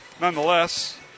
nonetheless